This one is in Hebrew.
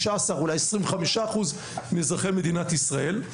15% אולי 25% מאזרחי מדינת ישראל,